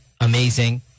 amazing